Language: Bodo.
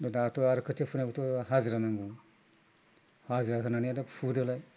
दाथ' आरो खोथिया फुनायबोथ' हाजिरा नांगौ हाजिरा होनानै दा फुदोलाय